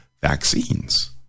vaccines